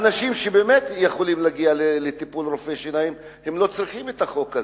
אנשים שבאמת יכולים להגיע לטיפול רופא שיניים לא צריכים את החוק הזה.